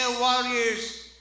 warriors